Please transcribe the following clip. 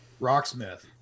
Rocksmith